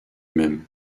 même